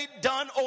done